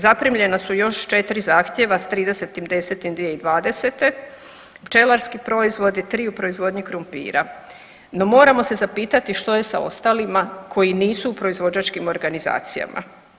Zaprimljena su još 4 zahtjeva s 30.10.2020., pčelarski proizvodi, 3 u proizvodnji krumpira, no moramo se zapitati što je sa ostalima koji nisu u proizvođačkim organizacijama.